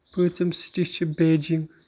پٲنٛژِم سِٹی چھِ بیجِنٛگ